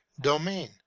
domain